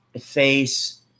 face